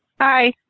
Hi